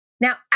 Now